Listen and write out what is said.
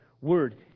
Word